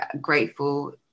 grateful